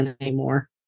anymore